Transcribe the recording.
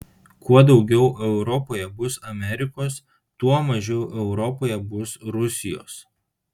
kuo daugiau europoje bus amerikos tuo mažiau europoje bus rusijos